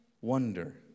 wonder